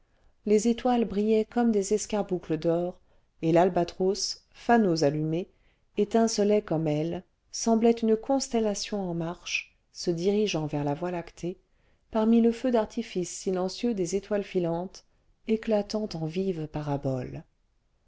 les étoiles brillaient comme des escarboucles d'or et y albatros fanaux allumés étincelant comme elles semblait une constellation en marche se dirigeant vers la voie lactée parmi le feu d'artifice silencieux des étoiles filantes éclatant en vives paraboler